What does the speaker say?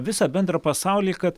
visą bendrą pasaulį kad